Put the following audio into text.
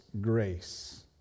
grace